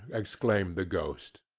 exclaimed the ghost.